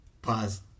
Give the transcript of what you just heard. Pause